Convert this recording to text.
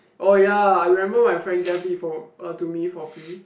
oh ya I remember my friend gave it for to me for free